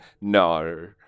no